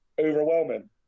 overwhelming